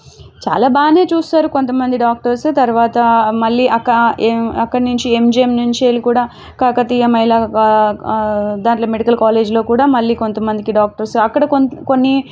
చాలా బాగానే చూస్తారు కొంతమంది డాక్టర్సు తర్వాత మళ్ళీ అక్కా అక్కడ నుంచి ఎంజీఎం నుంచి వెళ్ళి కూడా కాకతీయ మహిళా దాంట్లో మెడికల్ కాలేజ్లో కూడా మళ్ళీ కొంతమందికి డాక్టర్స్ అక్కడ కొన్నీ